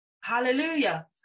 Hallelujah